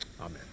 Amen